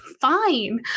fine